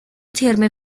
ترم